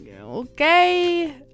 okay